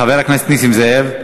חבר הכנסת נסים זאב.